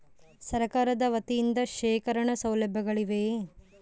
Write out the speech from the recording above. ಸರಕಾರದ ವತಿಯಿಂದ ಶೇಖರಣ ಸೌಲಭ್ಯಗಳಿವೆಯೇ?